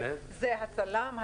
כמו: צלם,